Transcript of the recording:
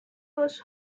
was